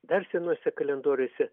dar senuose kalendoriuose